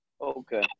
Okay